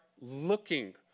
looking